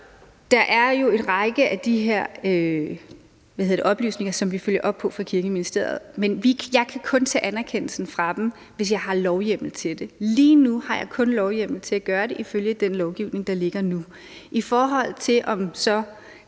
Der er jo en række af de her oplysninger, som vi følger op på fra Kirkeministeriets side, men jeg kan kun tage anerkendelsen fra dem, hvis jeg har lovhjemmel til det. Lige nu har jeg kun lovhjemmel til at gøre det ifølge den lovgivning, der ligger nu. I forhold til om det,